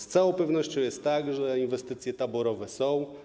Z całą pewnością jest tak, że inwestycje taborowe są.